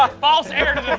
ah false heir to